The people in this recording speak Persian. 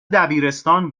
دبیرستان